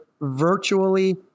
virtually